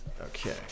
okay